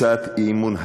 תפיסה לא נכונה.